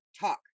talk